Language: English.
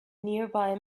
nearby